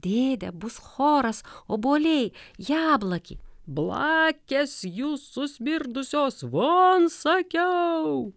dėde bus choras obuoliai jablaki blakės jūs susmirdusios von sakiau